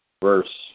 verse